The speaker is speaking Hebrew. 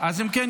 אם כן,